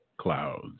Clouds